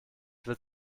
wird